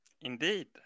Indeed